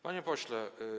Panie Pośle!